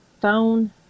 phone